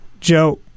Joe